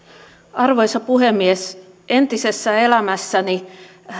arvoisa puhemies entisessä elämässäni